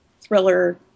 thriller